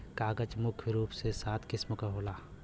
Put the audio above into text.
कागज मुख्य रूप से सात किसिम क होला